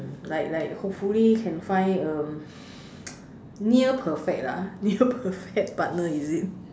mm like like hopefully can find a near perfect lah near perfect partner is it